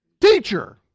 Teacher